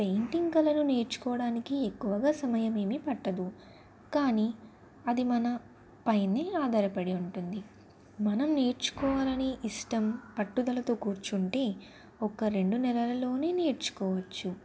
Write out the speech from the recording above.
painting కళలు నేర్చుకోవడానికి ఎక్కువగా సమయం ఏమి పట్టదు కానీ అది మన పైన ఆధారపడి ఉంటుంది మనం నేర్చుకోవాలి అని ఇష్టం పట్టుదలతో కూర్చుంటే ఒక రెండు నెలలలో నేర్చుకోవచ్చు